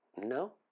no